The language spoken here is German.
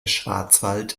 schwarzwald